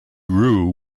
grew